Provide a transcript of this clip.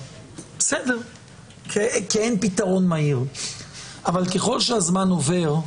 כי אין פתרון מהיר אבל ככל שהזמן עובר,